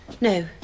no